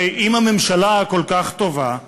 הרי אם הממשלה כל כך טובה,